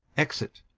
exit